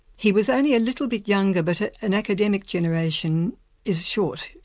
he was only a little bit younger, but an academic generation is short,